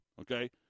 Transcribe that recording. okay